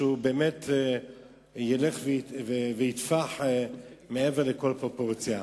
שבאמת ילך ויתפח מעבר לכל פרופורציה.